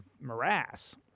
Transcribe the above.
morass